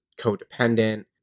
codependent